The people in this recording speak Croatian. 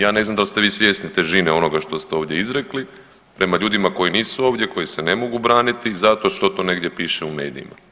Ja ne znam da li ste vi svjesni težine onoga što ste ovdje izrekli, prema ljudima koji nisu ovdje, koji se ne mogu braniti, zato što to negdje piše u medijima.